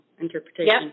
interpretation